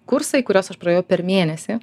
kursai kuriuos aš praėjau per mėnesį